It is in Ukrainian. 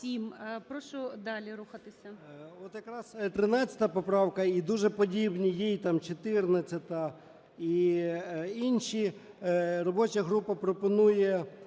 Прошу далі рухатися.